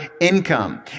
income